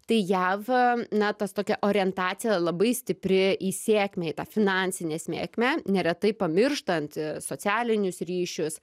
tai jav na tas tokia orientacija labai stipri į sėkmę į tą finansinę sėkmę neretai pamirštant socialinius ryšius